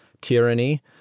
tyranny